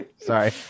Sorry